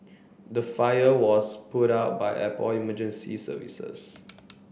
the fire was put out by airport emergency services